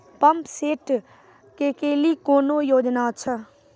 Pump set केलेली कोनो योजना छ?